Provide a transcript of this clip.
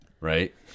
Right